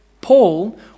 Paul